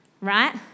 right